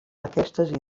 aquestes